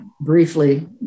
briefly